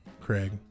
Craig